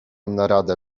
naradę